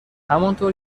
همانطور